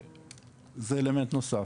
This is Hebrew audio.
זה אלמנט נוסף.